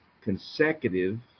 consecutive